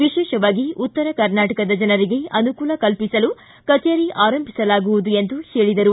ವಿಶೇಷವಾಗಿ ಉತ್ತರ ಕರ್ನಾಟಕದ ಜನರಿಗೆ ಅನುಕೂಲ ಕಲ್ಪಿಸಲು ಕಚೇರಿ ಆರಂಭಿಸಲಾಗುವುದು ಎಂದು ಹೇಳಿದರು